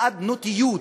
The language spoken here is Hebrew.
האדנותיות,